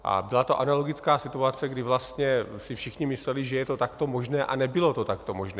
A byla to analogická situace, kdy si všichni mysleli, že je to takto možné, a nebylo to takto možné.